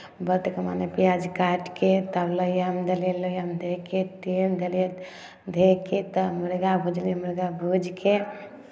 बहुतेके मने प्याज काटि कऽ तब लोहिआमे देलियै लोहिआमे दऽ कऽ तेल देलियै दऽ कऽ तब मुर्गा भुजली मुर्गा भूजि कऽ